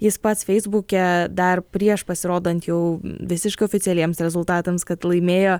jis pats feisbuke dar prieš pasirodant jau visiškai oficialiems rezultatams kad laimėjo